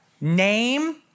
name